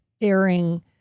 airing